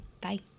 Bye